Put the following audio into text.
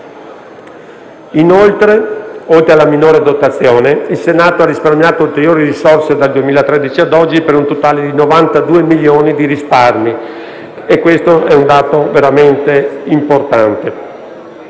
Peraltro, oltre alla minore dotazione, il Senato ha risparmiato ulteriori risorse dal 2013 ad oggi, per un totale di circa 92 milioni di euro e questo è un dato veramente importante.